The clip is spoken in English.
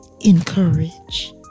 encourage